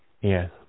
Yes